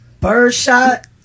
Birdshot